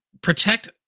protect